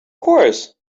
course